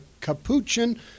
Capuchin